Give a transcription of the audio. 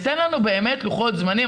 תן לנו באמת לוחות זמנים,